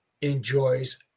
enjoys